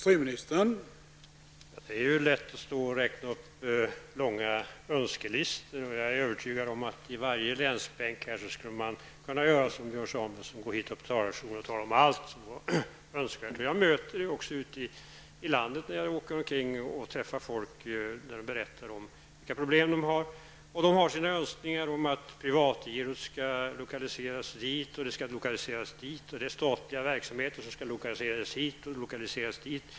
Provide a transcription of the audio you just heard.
Herr talman! Det är lätt att stå här och läsa upp långa önskelistor. Jag är övertygad om att man i varje länsbänk här skulle kunna göra på samma sätt som Björn Samuelson. När jag åker runt i landet och träffar människor, talar de om sina önskningar. De vill att Privatgirot skall lokaliseras hit eller dit och att statliga verksamheter skall lokaliseras hit eller dit.